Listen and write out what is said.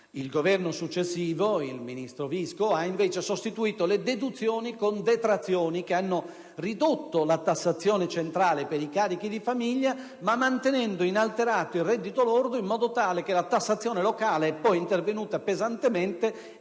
Il Governo successivo, invece, con il ministro Visco, ha sostituito le deduzioni con le detrazioni, che hanno ridotto la tassazione centrale per i carichi di famiglia, mantenendo però inalterato il reddito lordo, così che la tassazione locale è poi intervenuta pesantemente